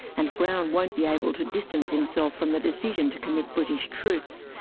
and brown won't be able to distance himself from the decision to commit british troops,